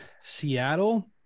Seattle